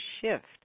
shift